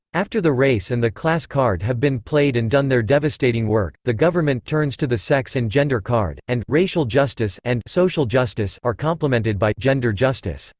after the race and the class card have been played and done their devastating work, the government turns to the sex and gender card, and racial justice and social justice are complemented by gender justice.